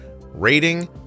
rating